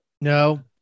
no